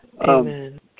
Amen